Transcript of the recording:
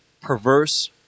perverse